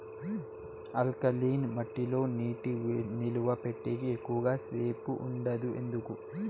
alkaline మట్టి లో నీటి నిలువ పెట్టేకి ఎక్కువగా సేపు ఉండదు ఎందుకు